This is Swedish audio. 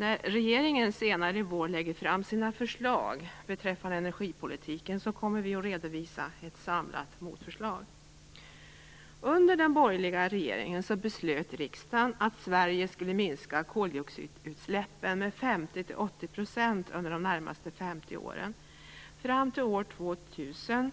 När regeringen senare i vår lägger fram sina förslag beträffande energipolitiken kommer vi att redovisa ett samlat motförslag. Under den borgerliga regeringen beslutade riksdagen att Sverige skulle minska koldioxidutsläppen med 50-80 % under de närmaste 50 åren. Målet var en frysning fram till år 2000